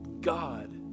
God